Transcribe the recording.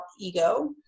ego